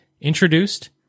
introduced